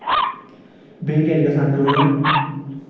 بیٚیہِ کیٛاہ چھِ گژھان کٲم